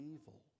evil